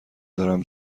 دارم